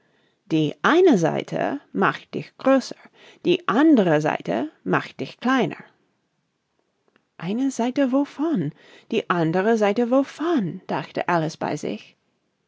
die eine seite macht dich größer die andere seite macht dich kleiner eine seite wovon die andere seite wovon dachte alice bei sich